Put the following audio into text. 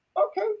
Okay